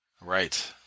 right